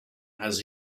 has